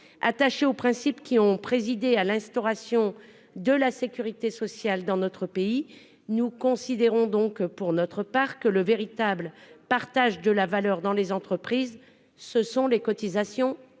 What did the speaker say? Attachés aux principes qui ont présidé à l'instauration de la sécurité sociale dans notre pays, nous considérons que le véritable partage de la valeur dans les entreprises, ce sont les cotisations sociales.